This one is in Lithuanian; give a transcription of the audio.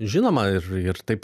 žinoma ir ir taip